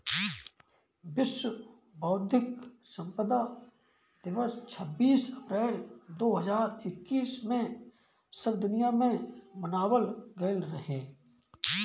विश्व बौद्धिक संपदा दिवस छब्बीस अप्रैल दो हज़ार इक्कीस में सब दुनिया में मनावल गईल रहे